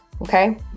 Okay